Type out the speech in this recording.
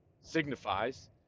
signifies